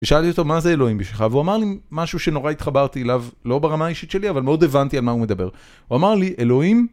ושאלתי אותו מה זה אלוהים בשבילך והוא אמר לי משהו שנורא התחברתי אליו לא ברמה האישית שלי אבל מאוד הבנתי על מה הוא מדבר הוא אמר לי אלוהים